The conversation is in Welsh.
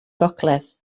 gogledd